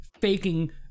faking